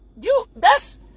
you—that's